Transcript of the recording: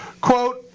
quote